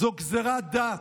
זו גזרת דת.